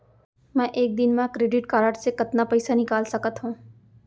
मैं एक दिन म क्रेडिट कारड से कतना पइसा निकाल सकत हो?